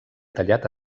tallat